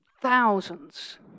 thousands